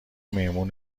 میمون